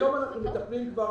היום אנחנו מטפלים כבר